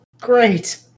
great